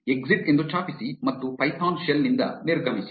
exit ಎಂದು ಛಾಪಿಸಿ ಮತ್ತು ಪೈಥಾನ್ ಶೆಲ್ ನಿಂದ ನಿರ್ಗಮಿಸಿ